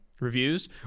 reviews